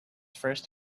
first